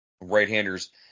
Right-handers